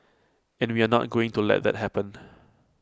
and we are not going to let that happened